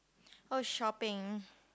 oh shopping